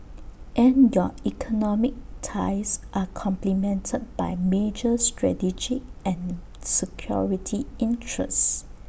and your economic ties are complemented by major strategic and security interests